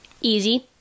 Easy